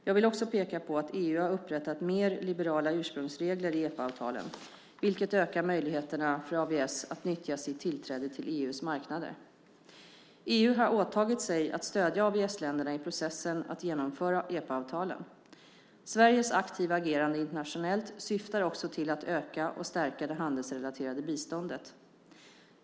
Jag vill också peka på att EU har upprättat mer liberala ursprungsregler i EPA-avtalen, vilket ökar möjligheterna för AVS att nyttja sitt tillträde till EU:s marknader. EU har åtagit sig att stödja AVS-länderna i processen att genomföra EPA-avtalen. Sveriges aktiva agerande internationellt syftar också till att öka och stärka det handelsrelaterade biståndet.